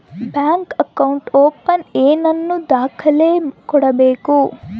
Bank account open ಏನೇನು ದಾಖಲೆ ಕೊಡಬೇಕು?